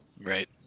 Right